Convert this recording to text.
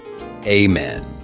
amen